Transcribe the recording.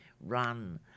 run